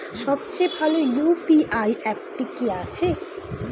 সবচেয়ে ভালো ইউ.পি.আই অ্যাপটি কি আছে?